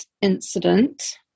incident